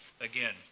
again